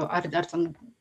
ar ar ten